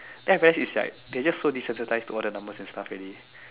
then I realise is like they're just so desensitized to all the numbers and stuff already